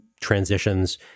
transitions